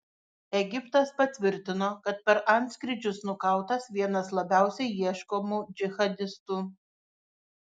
egiptas patvirtino kad per antskrydžius nukautas vienas labiausiai ieškomų džihadistų